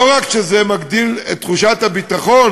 לא רק שזה מגדיל את תחושת הביטחון,